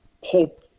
hope